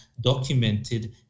documented